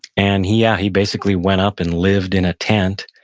and he yeah he basically went up and lived in a tent,